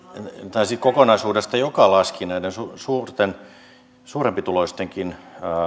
kokonaisuudesta joka laski näiden suurempituloistenkin